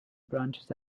branches